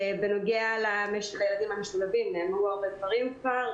הנושא הזה גם עלה בוועדת הכספים אתמול.